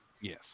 Yes